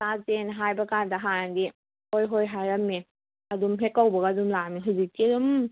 ꯆꯥꯖꯦꯅ ꯍꯥꯏꯕꯀꯥꯟꯗ ꯍꯥꯟꯅꯗꯤ ꯍꯣꯏ ꯍꯣꯏ ꯍꯥꯏꯔꯝꯃꯦ ꯑꯗꯨꯝ ꯍꯦꯛ ꯀꯧꯕꯒ ꯑꯗꯨꯝ ꯂꯥꯛꯑꯝꯃꯦ ꯍꯧꯖꯤꯛꯇꯤ ꯑꯗꯨꯝ